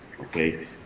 okay